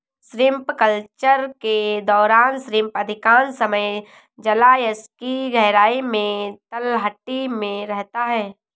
shrimp culture के दौरान shrimp अधिकांश समय जलायश की गहराई में तलहटी में रहता है